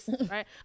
right